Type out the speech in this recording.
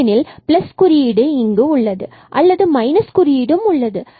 ஏனெனில் பிளஸ் குறியீடு இங்கு உள்ளது அல்லது மைனஸ் குறியீடும் உள்ளது